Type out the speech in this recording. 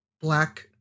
Black